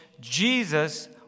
Jesus